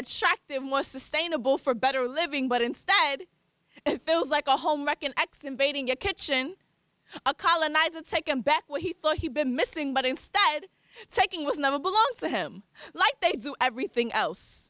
attractive more sustainable for better living but instead it feels like a home wrecking x invading your kitchen a colonizer taken back what he thought he'd been missing but instead taking was never belong to him like they do everything else